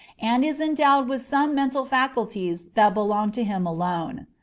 and is endowed with some mental faculties that belong to him alone.